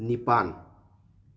ꯅꯤꯄꯥꯟ